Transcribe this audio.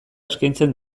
eskaintzen